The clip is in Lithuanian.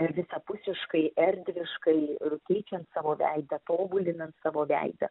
ir visapusiškai erdviškai ir keičiant savo veidą tobulinant savo veidą